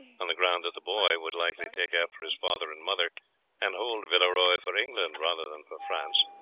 on the ground that the boy would likely take after his father and mother and hold villeroy for england rather than for france.